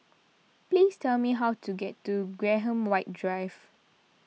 please tell me how to get to Graham White Drive